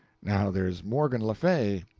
now there's morgan le fay,